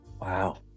Wow